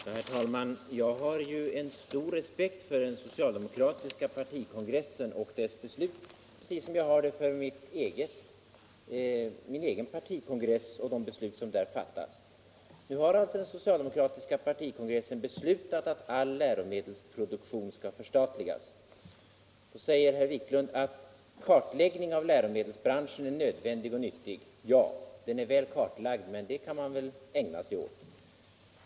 Herr talman! Jag har en stor respekt för den socialdemokratiska partikongressen och dess beslut, precis som jag har det för min egen partikongress och de beslut som där fattas. Nu har alltså den socialdemokratiska partikongressen beslutat att all läromedelsproduktion skall förstatligas, och herr Wiklund säger att en kartläggning av läromedelsbranschen är nödvändig och viktig. Ja, branschen är väl kartlagd. och sådant kan man ju ägna sig åt.